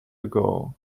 ago